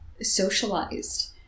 socialized